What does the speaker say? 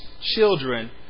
children